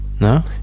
No